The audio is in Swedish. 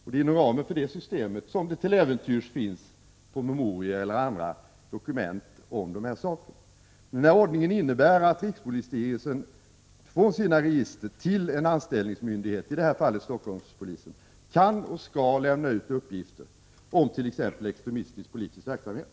Det är inom ramen för detta system som det till äventyrs finns promemorior eller andra dokument om dessa saker. Denna ordning innebär att rikspolisstyrelsen från sina register till en anställningsmyndighet, i det här fallet Stockholmspolisen, kan och skall lämna ut uppgifter om t.ex. extremistisk politisk verksamhet.